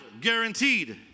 guaranteed